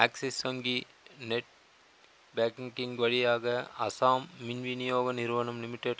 எஃப்டெகாரி ஆயிரத்தி தொள்ளாயிரத்தி நாற்பத்தி மூணு டிசம்பர் ஏழாம் தேதி தனது எழுபத்தி மூணாவது வயதில் காலமானார்